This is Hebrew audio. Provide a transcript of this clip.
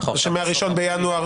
שמה- 1 בינואר,